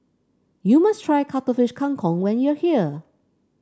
you must try Cuttlefish Kang Kong when you are here